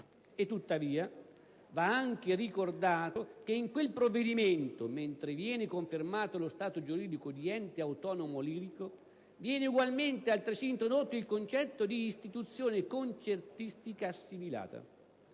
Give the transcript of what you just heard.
Tuttavia, va anche ricordato che in quel provvedimento, mentre viene confermato lo stato giuridico di ente autonomo lirico, viene ugualmente introdotto il concetto di «istituzione concertistica assimilata»